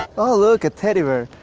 oh, look, a teddy bear.